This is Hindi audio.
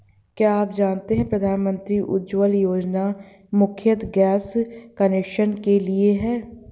क्या आप जानते है प्रधानमंत्री उज्ज्वला योजना मुख्यतः गैस कनेक्शन के लिए है?